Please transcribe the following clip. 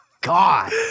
God